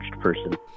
person